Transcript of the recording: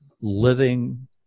living